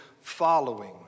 following